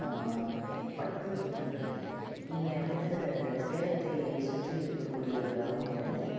பட்டுத் துணி நெய்கிறது இங்கே வந்து சேலத்தைச் சுற்றி இருக்கக்கூடிய கிராமங்களில்